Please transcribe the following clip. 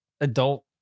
adult